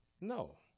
No